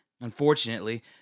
Unfortunately